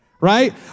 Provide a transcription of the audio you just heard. right